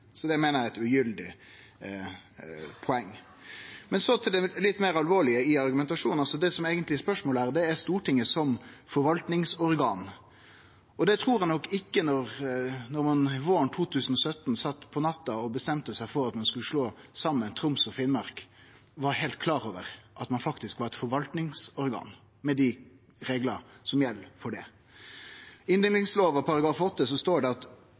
Så det meiner eg er eit ugyldig poeng. Men så til det litt meir alvorlege i argumentasjonen. Det som eigentleg er spørsmålet her, gjeld Stortinget som forvaltningsorgan. Da ein våren 2017 på natta bestemte seg for at ein skulle slå saman Troms og Finnmark, trur eg ikkje ein var klar over at ein faktisk er eit forvaltningsorgan, med dei reglane som gjeld for det. I inndelingslova § 8 står det at